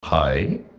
Hi